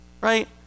right